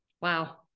Wow